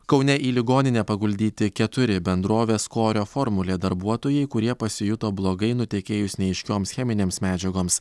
kaune į ligoninę paguldyti keturi bendrovės korio formulė darbuotojai kurie pasijuto blogai nutekėjus neaiškioms cheminėms medžiagoms